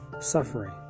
suffering